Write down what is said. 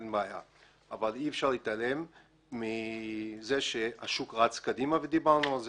אי אפשר להתעלם מזה שהשוק רץ קדימה ודיברנו על זה.